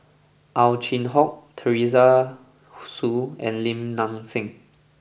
Ow Chin Hock Teresa Hsu and Lim Nang Seng